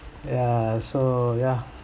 ya so ya